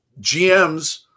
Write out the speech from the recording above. GMs